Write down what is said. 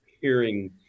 hearing